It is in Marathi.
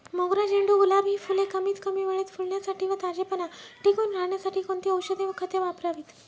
मोगरा, झेंडू, गुलाब हि फूले कमीत कमी वेळेत फुलण्यासाठी व ताजेपणा टिकून राहण्यासाठी कोणती औषधे व खते वापरावीत?